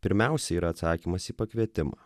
pirmiausia yra atsakymas į pakvietimą